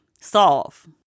solve